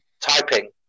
typing